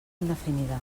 indefinida